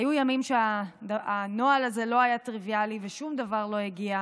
היו ימים שהנוהל הזה לא היה טריוויאלי ושום דבר לא הגיע,